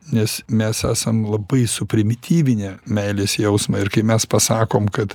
nes mes esam labai suprimityvinę meilės jausmą ir kai mes pasakom kad